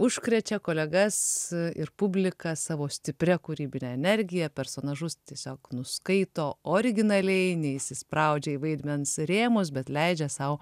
užkrečia kolegas ir publiką savo stipria kūrybine energija personažus tiesiog nuskaito originaliai neįsispraudžia į vaidmens rėmus bet leidžia sau